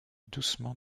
doucement